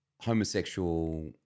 homosexual